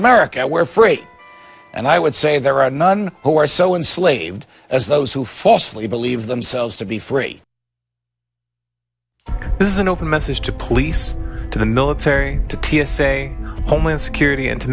america where free and i would say there are none who are so in slaved as those who falsely believe themselves to be free this is an open message to police to the military to t s a homeland security and to